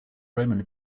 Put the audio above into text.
roman